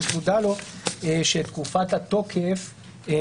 שתקופת התוקף נקבעה